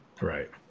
Right